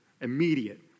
Immediate